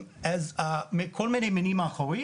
כל מיני מינים אחרים